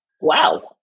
Wow